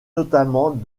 notamment